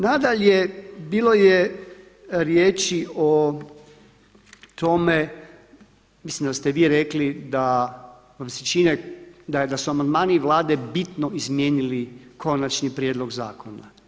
Nadalje, bilo je riječi o tome, mislim da ste vi rekli da vam se čini da su amandmani Vlade bitno izmijenili konačni prijedlog zakona.